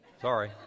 Sorry